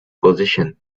position